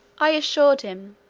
i assured him,